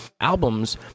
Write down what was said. albums